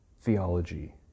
Theology